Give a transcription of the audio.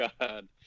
god